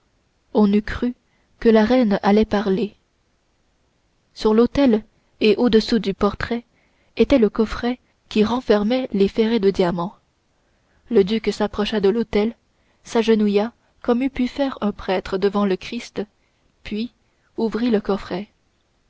eût cru que la reine allait parler sur l'autel et au-dessous du portrait était le coffret qui renfermait les ferrets de diamants le duc s'approcha de l'autel s'agenouilla comme eût pu faire un prêtre devant le christ puis il ouvrit le coffret